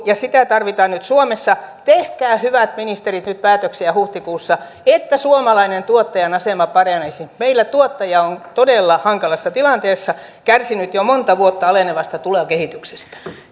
ja sitä tarvitaan nyt suomessa tehkää hyvät ministerit nyt päätöksiä huhtikuussa että suomalaisen tuottajan asema paranisi meillä tuottaja on todella hankalassa tilanteessa kärsinyt jo monta vuotta alenevasta tulonkehityksestä